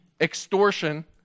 extortion